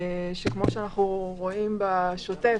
כפי שאנו רואים בשוטף,